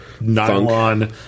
nylon